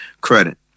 credit